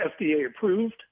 FDA-approved